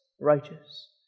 righteous